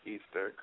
Easter